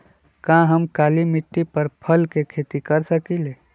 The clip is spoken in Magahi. का हम काली मिट्टी पर फल के खेती कर सकिले?